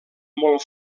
molt